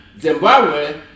Zimbabwe